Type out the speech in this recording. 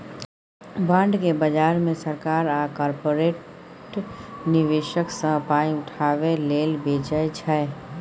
bond केँ बजार मे सरकार आ कारपोरेट निबेशक सँ पाइ उठाबै लेल बेचै छै